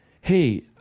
hey